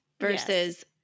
versus